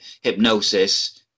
hypnosis